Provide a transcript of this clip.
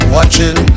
Watching